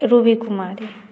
Ruby Kumari